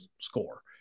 score